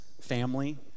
family